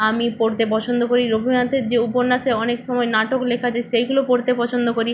আমি পড়তে পছন্দ করি রবীন্দ্রনাথের যে উপন্যাসে অনেক সময় নাটক লেখা আছে সেইগুলো পড়তে পছন্দ করি